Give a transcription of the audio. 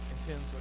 intends